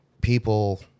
people